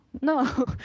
no